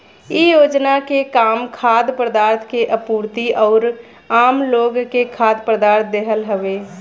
इ योजना के काम खाद्य पदार्थ के आपूर्ति अउरी आमलोग के खाद्य पदार्थ देहल हवे